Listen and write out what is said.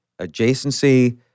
adjacency